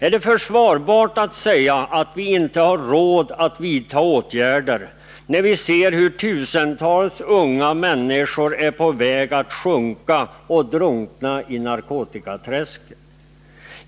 Är det försvarbart att säga att vi inte har råd att vidta åtgärder, när vi ser hur tusentals unga människor är på väg att sjunka — och drunkna — i narkotikaträsket?